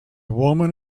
woman